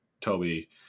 Toby